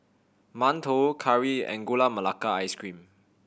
mantou curry and Gula Melaka Ice Cream